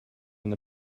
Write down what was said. like